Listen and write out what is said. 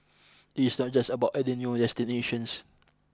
it is not just about adding new destinations